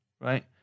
right